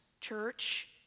church